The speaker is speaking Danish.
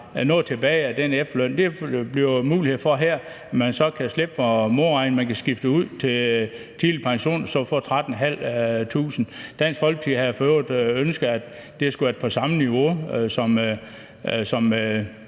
noget tilbage af den efterløn. Det bliver der mulighed for her, altså at man kan slippe for at modregne og så skifte den ud med en tidlig pension og så få 13.500 kr. Dansk Folkeparti havde for øvrigt ønsket, at den ydelse skulle være på samme niveau som